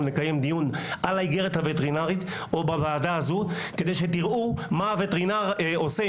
לקיים דיון על האיגרת הווטרינרית כדי שתראו מה הווטרינר עושה,